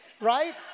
right